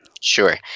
Sure